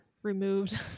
removed